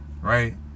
right